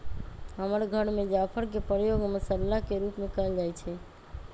हमर घर में जाफर के प्रयोग मसल्ला के रूप में कएल जाइ छइ